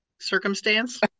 circumstance